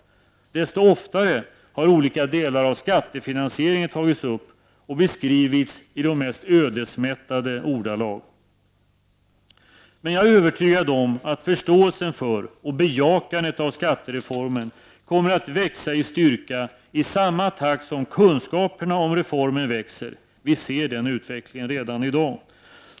Men desto oftare har olika delar av skattefinansieringen tagits upp och beskrivits i de mest ödesmättade ordalag. Men jag är övertygad om att förståelsen för och bejakandet av skattereformen kommer att växa i styrka i samma takt som kunskaperna om reformen växer, Vi ser den utvecklingen redan i dag.